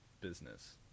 business